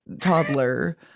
toddler